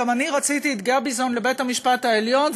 גם אני רציתי את גביזון בבית-המשפט העליון,